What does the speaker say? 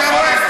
אתה רואה,